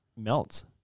melts